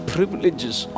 Privileges